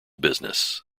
business